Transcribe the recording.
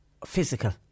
physical